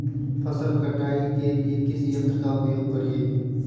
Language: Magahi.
फसल कटाई के लिए किस यंत्र का प्रयोग करिये?